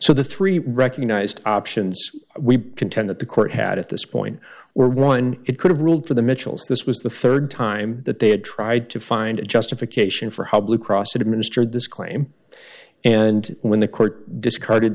so the three recognized options we contend that the court had at this point were one it could have ruled for the mitchells this was the rd time that they had tried to find a justification for how blue cross administered this claim and when the court discarded